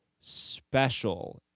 special